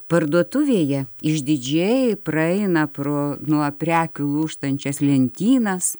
parduotuvėje išdidžiai praeina pro nuo prekių lūžtančias lentynas